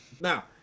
Now